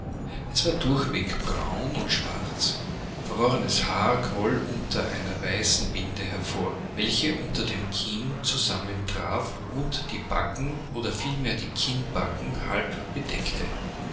es war durchweg braun und schwarz verworrenes haar quoll unter einer weißen binde hervor welche unter dem kinn zusammentraf und die backen oder vielmehr die kinnbacken halb bedeckte